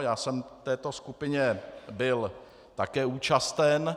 Já jsem v této skupině byl také účasten.